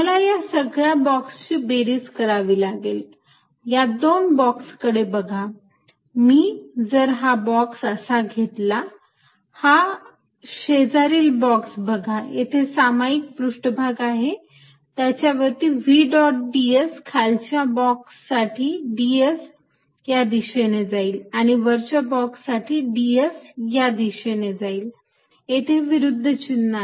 मला या सगळ्या बॉक्सची बेरीज करावी लागेल या दोन बॉक्स कडे बघा मी जर हा बॉक्स असा घेतला हा शेजारील बॉक्स बघा येथे सामायिक पृष्ठभाग आहे त्याच्यावरती v डॉट ds खालच्या बॉक्ससाठी ds या दिशेने जाईल आणि वरच्या बॉक्स साठी ds या दिशेने जाईल येथे विरुद्ध चिन्ह आहेत